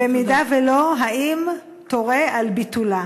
אם לא, האם תורה על ביטולה?